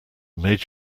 made